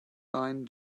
line